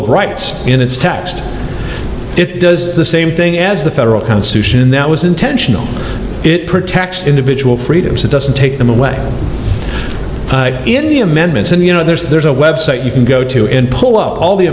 of rights in its text it does the same thing as the federal constitution that was intentional it protects individual freedoms it doesn't take them away in the amendments and you know there's a website you can go to and pull up all the